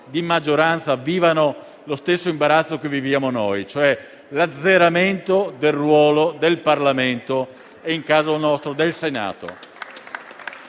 di maggioranza vivano lo stesso imbarazzo che viviamo noi, cioè l'azzeramento del ruolo del Parlamento e, nel nostro caso, del Senato.